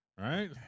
right